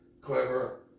clever